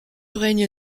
règne